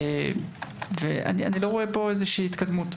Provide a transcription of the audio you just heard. איני רואה פה התקדמות.